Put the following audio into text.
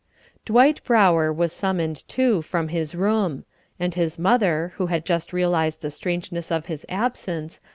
dwight brower was summoned, too, from his room and his mother, who had just realized the strangeness of his absence,